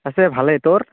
আছে ভালে তোৰ